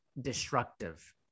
destructive